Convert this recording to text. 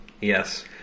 Yes